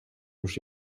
już